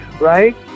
right